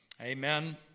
Amen